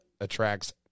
attracts